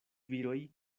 viroj